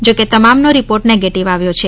જોકે તમામનો report negative આવ્યો છે